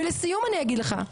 ולסיום, אני אגיד לך,